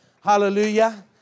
Hallelujah